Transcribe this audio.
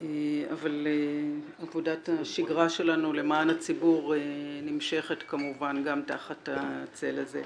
אבל נקודת השגרה שלנו למען הציבור נמשכת כמובן גם תחת הצל הזה.